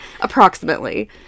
Approximately